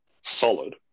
solid